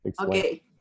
Okay